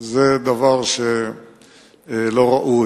ילדי גן זה דבר לא ראוי,